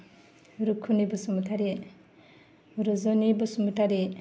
Rukhuni Basumatary Rujani Basumatary